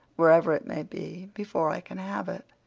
wherever it may be, before i can have it.